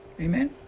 Amen